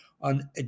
on